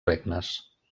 regnes